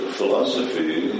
philosophy